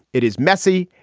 it is messy.